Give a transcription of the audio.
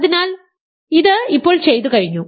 അതിനാൽ ഇത് ഇപ്പോൾ ചെയ്തു കഴിഞ്ഞു